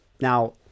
now